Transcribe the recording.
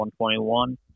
121